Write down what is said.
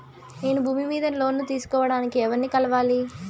నేను భూమి మీద లోను తీసుకోడానికి ఎవర్ని కలవాలి?